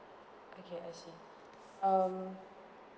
okay I see um